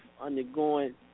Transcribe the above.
undergoing